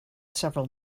several